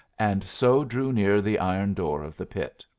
and so drew near the iron door of the pit.